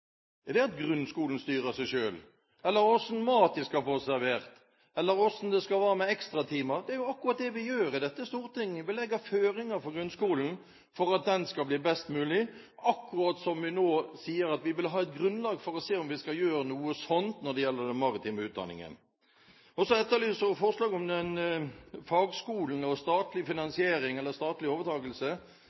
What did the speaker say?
Er dét at grunnskolen styrer seg selv? Eller hva slags mat de skal få servert? Eller hvordan det skal være med ekstratimer? Det er jo akkurat det vi gjør i dette storting, vi legger føringer for grunnskolen for at den skal bli best mulig – akkurat som vi nå sier at vi vil ha et grunnlag for å se om vi skal gjøre noe sånt når det gjelder den maritime utdanningen. Så etterlyser hun forslag om fagskolen, om statlig finansiering, eller statlig overtakelse.